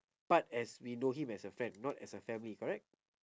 part as we know him as a friend not as a family correct